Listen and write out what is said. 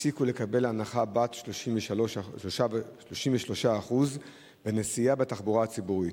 הפסיקו לקבל הנחה בת 33% בנסיעה בתחבורה ציבורית.